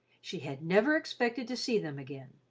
she had never expected to see them again.